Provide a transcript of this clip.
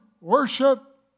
worship